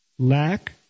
Lack